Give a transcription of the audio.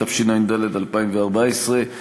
התשע"ד 2014,